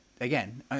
again